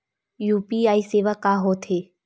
UPI सेवा का होथे?